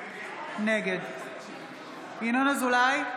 נגד ינון אזולאי,